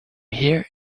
here